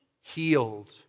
healed